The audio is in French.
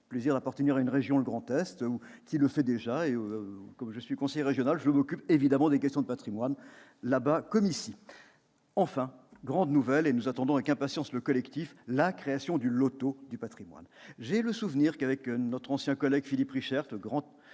J'ai le plaisir d'appartenir à une région, le Grand Est, qui le fait déjà ; comme je suis conseiller régional, je m'occupe évidemment des questions de patrimoine, là-bas comme ici. Enfin, grande nouvelle- nous attendons avec impatience le collectif budgétaire -, le loto du patrimoine est créé. J'ai le souvenir que, voilà un certain nombre